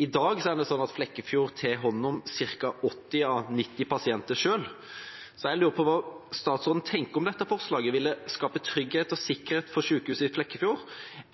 I dag tar sykehuset i Flekkefjord hånd om ca. 80 av 90 pasienter selv. Jeg lurer på hva statsråden tenker om dette forslaget. Vil det skape trygghet og sikkerhet for sykehuset i Flekkefjord,